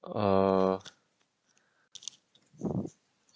uh